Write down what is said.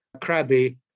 crabby